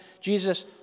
Jesus